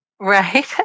Right